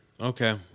Okay